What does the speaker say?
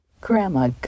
Grandma